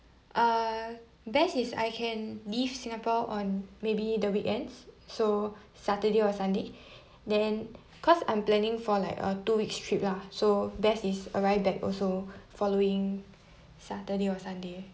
uh best is I can leave singapore on maybe the weekends so saturday or sunday then cause I'm planning for like a two weeks trip lah so best is arrived back also following saturday or sunday